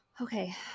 Okay